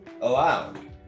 allowed